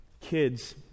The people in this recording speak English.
Kids